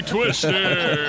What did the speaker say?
Twister